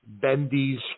Bendy's